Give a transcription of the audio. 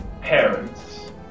parents